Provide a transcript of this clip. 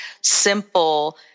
simple